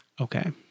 Okay